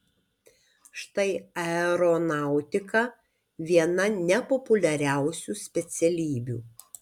štai aeronautika viena nepopuliariausių specialybių